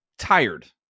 tired